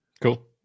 Cool